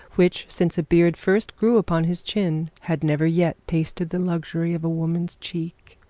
which since a beard first grew upon his chin, had never yet tasted the luxury of a woman's cheek.